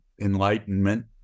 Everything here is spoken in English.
enlightenment